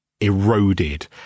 eroded